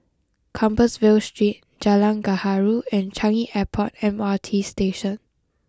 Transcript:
Compassvale Street Jalan Gaharu and Changi Airport M R T Station